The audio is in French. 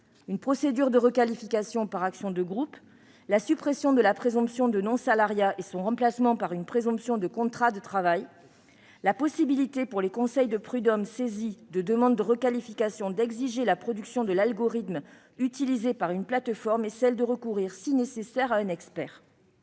une procédure de requalification par action de groupe ; la suppression de la présomption de non-salariat et son remplacement par une présomption de contrat de travail ; la possibilité pour les conseils de prud'hommes saisis de demandes de requalification d'exiger la production de l'algorithme utilisé par une plateforme et celle de recourir, si nécessaire, à un expert.